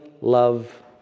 love